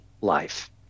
life